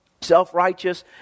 self-righteous